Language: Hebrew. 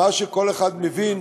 מה שכל אחד מבין,